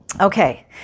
Okay